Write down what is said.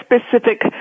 specific